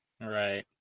right